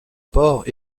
porcs